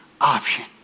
option